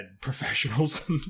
professionals